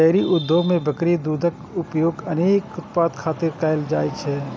dairy उद्योग मे बकरी दूधक उपयोग अनेक उत्पाद खातिर कैल जाइ छै